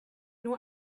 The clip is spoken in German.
nur